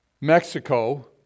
Mexico